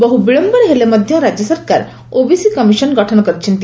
ବହୁ ବିଳମ୍ୟରେ ହେଲେ ମଧ ରାଜ୍ୟ ସରକାର ଓବିସି କମିଶନ ଗଠନ କରିଛନ୍ତି